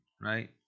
right